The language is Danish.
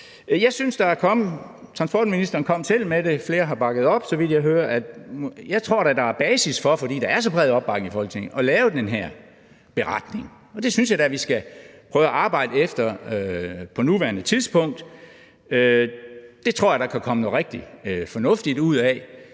transportministeren kom selv med det, flere har bakket op, så vidt jeg hører – fordi der er så bred opbakning i Folketinget, at lave den her beretning, og det synes jeg da at vi skal prøve at arbejde efter på nuværende tidspunkt. Det tror jeg at der kan komme noget rigtig fornuftigt ud af,